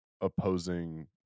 opposing